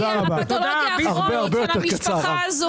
זה הפתולוגיה הכרונית של המשפחה הזו,